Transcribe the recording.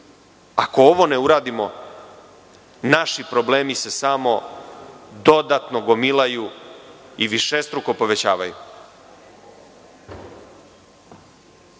Ako ovo ne uradimo, naši problemi se samo dodatno gomilaju i višestruko povećavaju. Prema